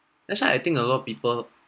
that's why I think a lot people